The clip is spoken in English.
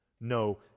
no